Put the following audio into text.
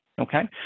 okay